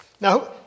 Now